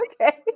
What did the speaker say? okay